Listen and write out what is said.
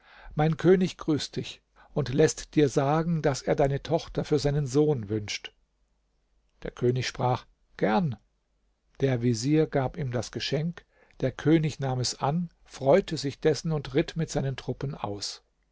mein könig grüßt dich und läßt dir sagen daß er deine tochter für seinen sohn wünscht der könig sprach gern der vezier gab ihm das geschenk der könig nahm es an freute sich dessen und ritt mit seinen truppen aus